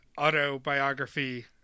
autobiography